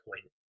point